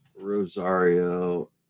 Rosario